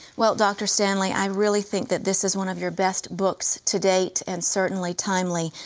well, dr. stanley, i really think that this is one of your best books to date and certainly timely.